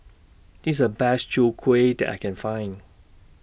This IS The Best Chwee Kueh that I Can Find